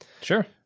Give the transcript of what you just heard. sure